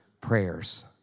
prayers